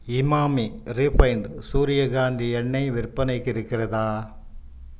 Emami refined சூரியகாந்தி எண்ணெய் விற்பனைக்கு இருக்கிறதா